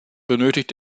benötigt